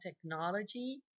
technology